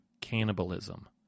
cannibalism